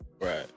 Right